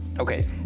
Okay